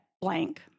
blank